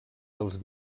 dels